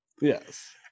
Yes